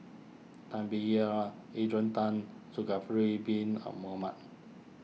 Tan Biyun Adrian Tan Zulkifli Bin Mohamed